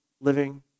living